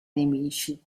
nemici